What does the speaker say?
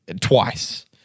Twice